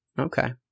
Okay